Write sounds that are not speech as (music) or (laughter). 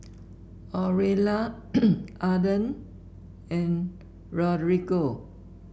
Aurelia (noise) Arlen and Rodrigo